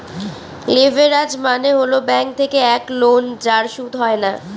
leverage মানে হল bank থেকে এক লোন যার সুদ হয় না